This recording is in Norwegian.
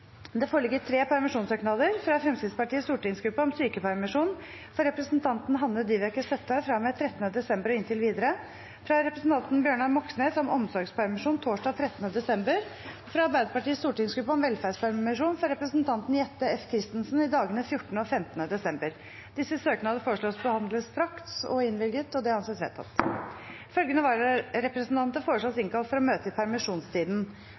Det foreligger tre permisjonssøknader: fra Fremskrittspartiets stortingsgruppe om sykepermisjon for representanten Hanne Dyveke Søttar fra og med 13. desember og inntil videre fra representanten Bjørnar Moxnes om omsorgspermisjon torsdag 13. desember fra Arbeiderpartiets stortingsgruppe om velferdspermisjon for representanten Jette F. Christensen i dagene 14. og 15. desember Etter forslag fra presidenten ble enstemmig besluttet: Søknadene behandles straks og innvilges. Følgende vararepresentanter innkalles for å møte i permisjonstiden: